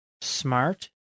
Smart